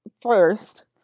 first